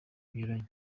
binyuranye